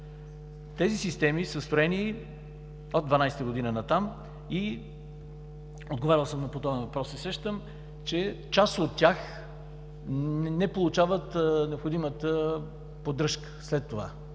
Тези системи са строени от 2012 г. натам и… Отговарял съм по този въпрос и се сещам, че част от тях не получават необходимата поддръжка след това.